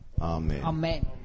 Amen